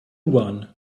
one